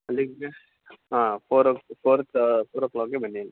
ಅಲ್ಲಿಗೆ ಹಾಂ four o fourth four o ಕ್ಲಾಕ್ಗೆ ಬನ್ನಿ